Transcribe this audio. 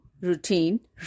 routine